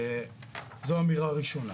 זאת אמירה ראשונה.